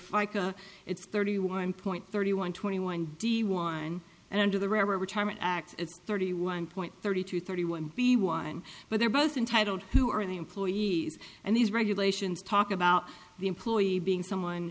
fica it's thirty one point thirty one twenty one d one and under the retirement act it's thirty one point thirty two thirty one b one but they're both entitled who are the employees and these regulations talk about the employee being someone